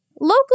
Local